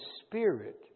Spirit